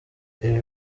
ibi